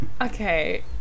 Okay